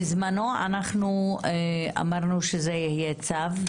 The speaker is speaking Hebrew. בזמנו אנחנו אמרנו שזה יהיה צו,